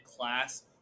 class